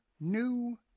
new